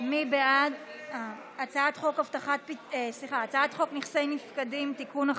מי בעד הצעת חוק נכסי נפקדים (תיקון,